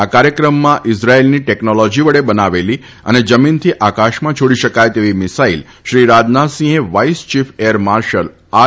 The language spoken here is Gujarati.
આ કાર્યક્રમમાં ઇઝરાયેલની ટેકનોલોજી વડે બનાવેલી અને જમીનથી આકાશમાં છોડી શકાય તેવી મિસાઇલ શ્રી રાજનાથસિંહે vice chief air marshal R